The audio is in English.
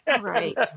right